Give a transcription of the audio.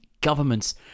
governments